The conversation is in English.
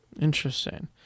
Interesting